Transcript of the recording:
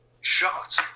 shot